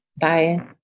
Bye